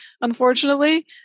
Unfortunately